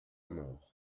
mort